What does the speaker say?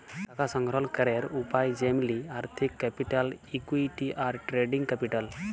টাকা সংগ্রহল ক্যরের উপায় যেমলি আর্থিক ক্যাপিটাল, ইকুইটি, আর ট্রেডিং ক্যাপিটাল